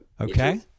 Okay